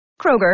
Kroger